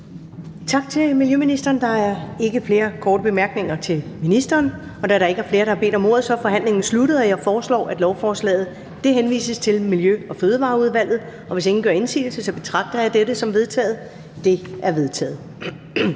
Tak til miljøministeren. Der er ikke flere korte bemærkninger til ministeren. Da der ikke er flere, der har bedt om ordet, er forhandlingen sluttet. Jeg foreslår, at lovforslaget henvises til Miljø- og Fødevareudvalget, og hvis ingen gør indsigelse, betragter jeg dette som vedtaget. Det er vedtaget.